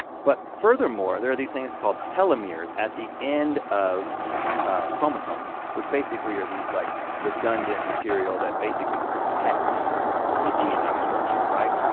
but furthermore, there are these things called telomeres at the end of chromosomes which basically are these like redundant material that basically protects the dna structure, right?